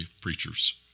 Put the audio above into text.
preachers